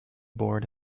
bored